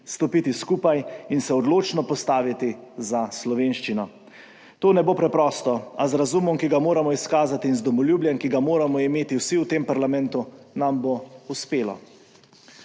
stopiti skupaj in se odločno postaviti za slovenščino. To ne bo preprosto, a z razumom, ki ga moramo izkazati, in z domoljubjem, ki ga moramo imeti vsi v tem parlamentu, nam bo uspelo.